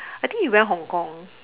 I think he went Hong-Kong